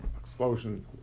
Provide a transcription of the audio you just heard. explosion